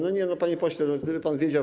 No nie, panie pośle, gdyby pan wiedział.